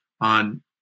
on